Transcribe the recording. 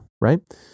right